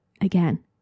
again